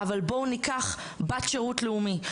אבל בואו ניקח בת שרות לאומי,